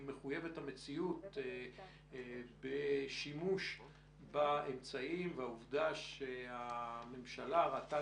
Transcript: מחויבת המציאות בשימוש באמצעים והעובדה שהממשלה ראתה